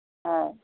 অঁ